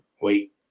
Wait